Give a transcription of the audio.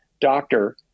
doctor